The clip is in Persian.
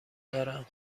دارم